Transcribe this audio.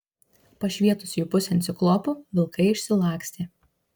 pašvietus jų pusėn ciklopu vilkai išsilakstė